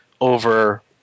over